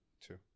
Two